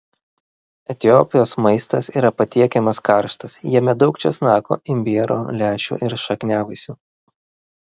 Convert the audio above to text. etiopijos maistas yra patiekiamas karštas jame daug česnako imbiero lęšių ir šakniavaisių